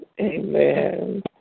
Amen